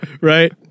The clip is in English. Right